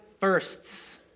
firsts